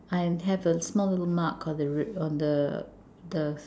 I have a small little mark on the the